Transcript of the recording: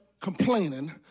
complaining